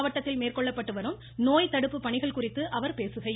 மாவட்டத்தில் மேற்கொள்ளப்பட்டு நோய் தடுப்பு பணிகள் குறித்து அவர் பேசுகையில்